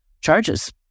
charges